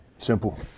Simple